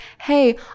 hey